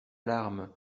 larme